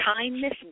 kindness